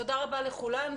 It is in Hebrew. תודה רבה לכולם,